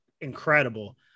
incredible